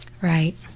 Right